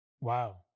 Wow